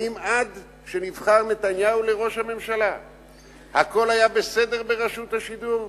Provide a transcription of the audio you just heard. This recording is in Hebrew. האם עד שנבחר נתניהו לראש הממשלה הכול היה בסדר ברשות השידור?